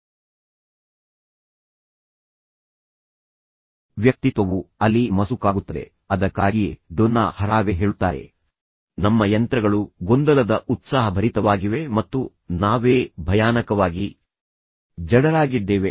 ಆದ್ದರಿಂದ ವ್ಯಕ್ತಿತ್ವವು ಅಲ್ಲಿ ಮಸುಕಾಗುತ್ತದೆ ಅದಕ್ಕಾಗಿಯೇ ಡೊನ್ನಾ ಹರಾವೆ ಹೇಳುತ್ತಾರೆ ನಮ್ಮ ಯಂತ್ರಗಳು ಗೊಂದಲದ ಉತ್ಸಾಹಭರಿತವಾಗಿವೆ ಮತ್ತು ನಾವೇ ಭಯಾನಕವಾಗಿ ಜಡರಾಗಿದ್ದೇವೆ